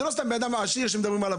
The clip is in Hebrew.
וזה לא סתם אדם עשיר שמדברים עליו.